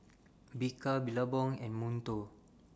Bika Billabong and Monto